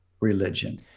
religion